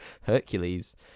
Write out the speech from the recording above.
Hercules